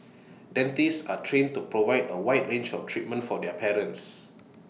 dentists are trained to provide A wide range of treatment for their patients